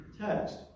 text